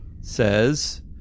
says